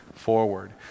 forward